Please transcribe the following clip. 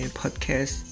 podcast